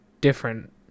different